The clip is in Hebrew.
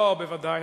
לא, בוודאי.